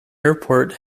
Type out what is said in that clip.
airport